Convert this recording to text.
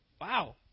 Wow